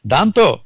Danto